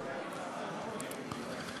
סליחה, אדוני.